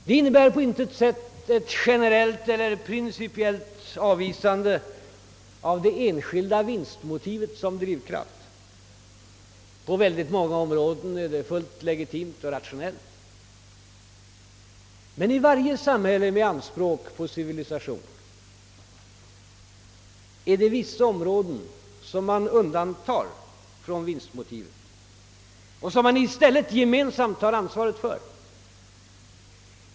Det innebär på intet sätt ett generellt eller principiellt avvisande av det enskilda vinstmotivet som drivkraft; på många områden är detta fullt legitimt och rationellt. Men i varje samhälle med anspråk på civilisation är det vissa områden som man undantar från vinstmotivet och som man i stället gemensamt tar ansvaret för.